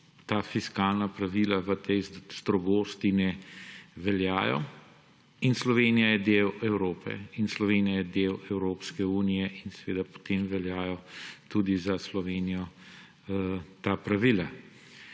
ta fiskalna pravila v tej strogosti ne veljajo. In Slovenija je del Evrope in Slovenija je del Evropske unije in seveda potem veljajo tudi za Slovenijo ta pravila.